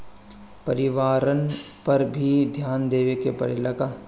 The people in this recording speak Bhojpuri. परिवारन पर भी ध्यान देवे के परेला का?